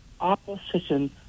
Opposition